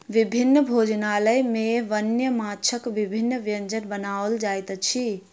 विभिन्न भोजनालय में वन्य माँछक विभिन्न व्यंजन बनाओल जाइत अछि